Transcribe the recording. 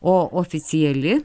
o oficiali